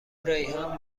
ریحان